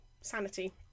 sanity